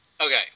Okay